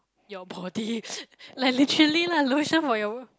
your body like literally lah lotion for your